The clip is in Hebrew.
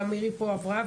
גם מירי פה עברה,